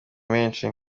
menshi